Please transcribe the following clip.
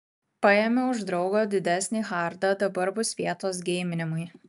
paėmiau iš draugo didesnį hardą dabar bus vietos geiminimui